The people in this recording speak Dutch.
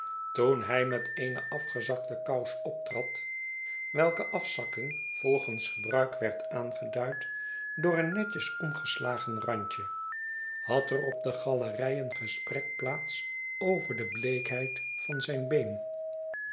toen hij met eene afgezakte kous optrad welke afzakking volgens gebruik werd aangeduid door een netjes omgeslagen randje had er op de galerij een gesprek plaats over de bleekheid van zijn been